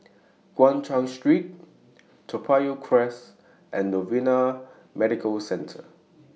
Guan Chuan Street Toa Payoh Crest and Novena Medical Centre